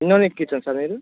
ఎన్ని రోజులు క్రితం సార్ మీరు